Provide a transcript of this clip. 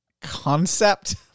concept